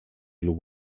blue